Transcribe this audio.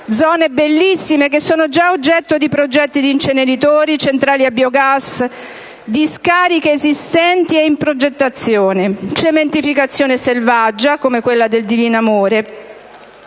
Zone bellissime che sono già oggetto di progetti per inceneritori, centrali a biogas, discariche esistenti e in progettazione, cementificazione selvaggia, come quella del Divino Amore.